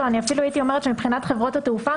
אני אפילו הייתי אומרת שמבחינת חברות התעופה